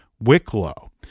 Wicklow